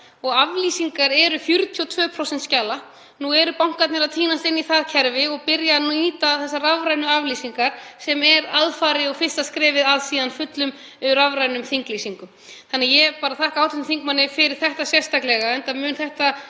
og aflýsingar eru 42% skjala. Nú eru bankarnir að tínast inn í það kerfi og byrja að nýta þessar rafrænu aflýsingar sem er aðfari og fyrsta skrefið í átt að fullum rafrænum þinglýsingum. Ég þakka hv. þingmanni fyrir þetta sérstaklega. Þetta mun